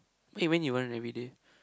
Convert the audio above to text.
eh when you run everyday